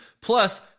plus